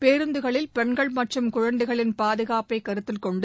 பேருந்துகளில் பெண்கள் மற்றும் குழந்தைகளின் பாதுகாப்பைக் கருத்தில் கொண்டு